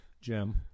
Jim